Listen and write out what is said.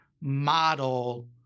model